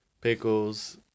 Pickles